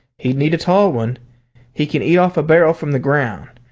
he'd need a tall one he can eat off a barrel from the ground.